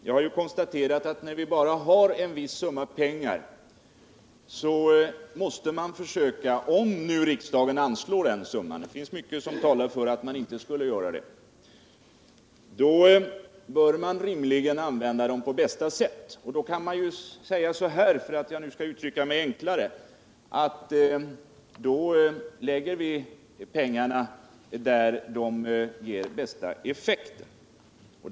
Jag har konstaterat att när vi bara har en viss summa pengar —-om nu riksdagen anslår den summan; det finns mycket som talar för att man inte skulle göra det — bör vi rimligen använda den på bästa sätt. För att uttrycka mig enklare skulle jag vilja säga att vi bör lägga pengarna där de ger den bästa effekten.